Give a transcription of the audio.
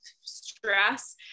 stress